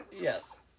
Yes